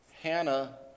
Hannah